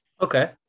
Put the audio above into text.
Okay